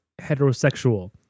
heterosexual